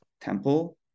temple